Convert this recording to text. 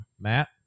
Matt